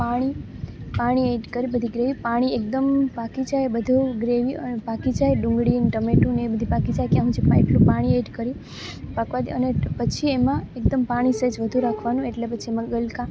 પાણી પાણી એડ કરી બધી ગ્રેવી પાણી એકદમ પાકી જાય બધું ગ્રેવી પાકી જાય ડુંગળી ને ટામેટું ને બધી પાકી જાય કે પાણી એડ કરી પાકવાં દેવાની પછી એમાં એકદમ પાણી સહેજ વધું રાખવાનું એટલે પછી એમાં ગલકાં